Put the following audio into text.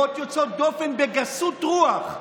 אמירות יוצאות דופן בגסות רוח.